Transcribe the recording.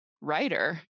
writer